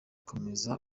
komeza